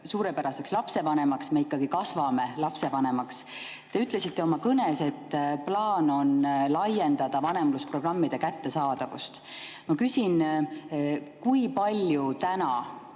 suurepäraseks lapsevanemaks, me ikkagi kasvame lapsevanemaks. Te ütlesite oma kõnes, et plaan on laiendada vanemlusprogrammide kättesaadavust. Ma küsin, kui paljud